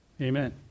Amen